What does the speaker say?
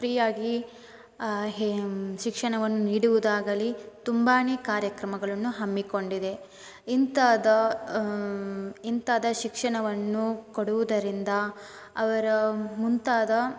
ಫ್ರೀಯಾಗಿ ಹೆ ಶಿಕ್ಷಣವನ್ನು ನೀಡುವುದಾಗಲೀ ತುಂಬಾ ಕಾರ್ಯಕ್ರಮಗಳನ್ನು ಹಮ್ಮಿಕೊಂಡಿದೆ ಇಂಥದ್ದು ಇಂಥ ಶಿಕ್ಷಣವನ್ನು ಕೊಡುವುದರಿಂದ ಅವರ ಮುಂತಾದ